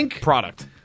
product